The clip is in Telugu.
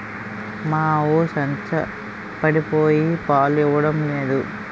మా ఆవు సంచపడిపోయి పాలు ఇవ్వడం నేదు